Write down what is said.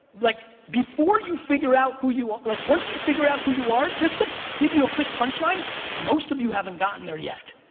like before you figure out who you, ah like once you figure out who you are just to ah give you you a quick punchline most of you haven't gotten there yet.